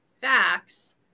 facts